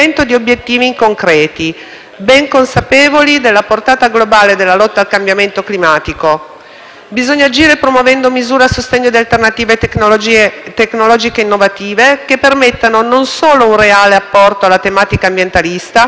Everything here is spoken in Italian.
Bisogna agire promuovendo misure a sostegno di alternative tecnologiche innovative che permettano non solo un reale apporto alla tematica ambientalista ma che rappresentano anche uno strumento di rilancio economico e un'opportunità per le aziende italiane ed europee.